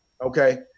Okay